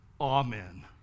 Amen